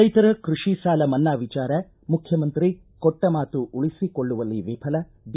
ರೈತರ ಕೃಷಿ ಸಾಲ ಮನ್ನಾ ವಿಚಾರ ಮುಖ್ಯಮಂತ್ರಿ ಕೊಟ್ಟ ಮಾತು ಉಳಿಸಿಕೊಳ್ಳುವಲ್ಲಿ ವಿಫಲ ಬಿ